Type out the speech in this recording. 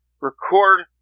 record